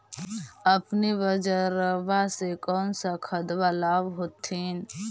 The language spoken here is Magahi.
अपने बजरबा से कौन सा खदबा लाब होत्थिन?